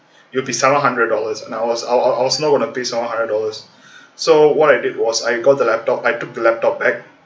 it'll be seven hundred dollars I was I I was not gonna pay seven hundred dollars so what I did was I got the laptop I took the laptop back